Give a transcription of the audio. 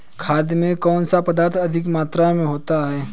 खाद में कौन सा पदार्थ अधिक मात्रा में होता है?